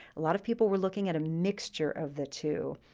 a lot of people were looking at a mixture of the two.